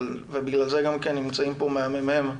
ובגלל זה גם נמצאים פה מהממ"מ,